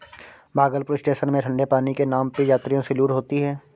Bhagalpur station में ठंडे पानी के नाम पे यात्रियों से लूट होती है